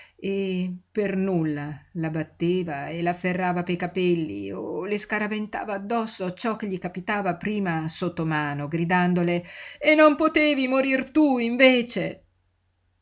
e per nulla la batteva e l'afferrava pei capelli o le scaraventava addosso ciò che gli capitava prima sotto mano gridandole e non potevi morir tu invece